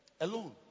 Alone